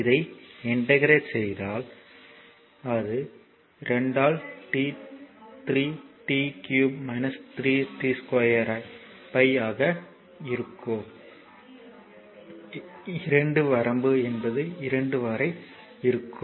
இதை இன்டெகிரெட் செய்தால் அது 2 ஆல் 3 t 3 t 2 பய் ஆக இருக்கும் 2 வரம்பு என்பது 2 முதல் 4 வரை இருக்கும்